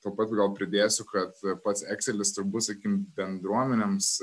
taip pat gal pridėsiu kad pats ekselis turbūt sakykim bendruomenėms